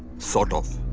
sort of.